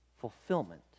fulfillment